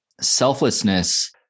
selflessness